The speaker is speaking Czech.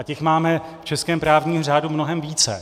A těch máme v českém právním řádu mnohem více.